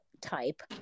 type